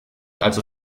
also